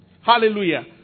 Hallelujah